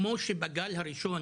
כמו שבגל הראשון